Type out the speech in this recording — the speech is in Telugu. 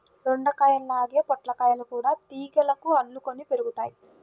దొండకాయల్లాగే పొట్లకాయలు గూడా తీగలకు అల్లుకొని పెరుగుతయ్